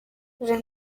gen